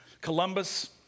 Columbus